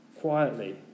quietly